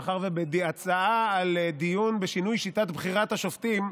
מאחר שבהצעה על דיון בשינוי שיטת בחירת השופטים,